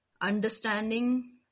understanding